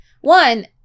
one